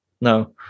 No